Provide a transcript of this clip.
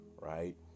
right